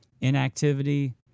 inactivity